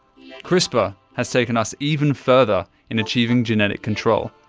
crispr has taken us even further in achieving genetic control,